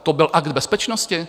To byl akt bezpečnosti?